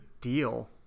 deal